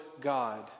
God